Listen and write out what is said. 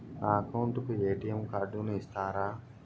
నా అకౌంట్ కు ఎ.టి.ఎం కార్డును ఇస్తారా